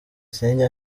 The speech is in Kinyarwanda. sinjya